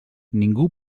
ningú